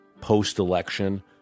post-election